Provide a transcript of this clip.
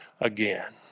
again